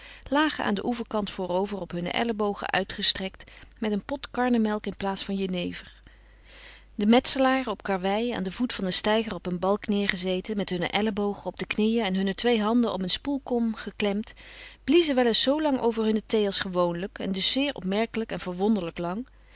lagen aan den oeverkant voorover op hunne ellebogen uitgestrekt met een pot karnemelk in plaats van jenever de metselaren op karwei aan den voet van een steiger op een balk neergezeten met hunne ellebogen op de knieën en hunne twee handen om een spoelkom geklemd bliezen wel eens zoolang over hunne thee als gewoonlijk en dus zeer opmerkelijk en verwonderlijk lang